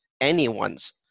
anyone's